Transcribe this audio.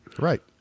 Right